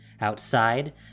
Outside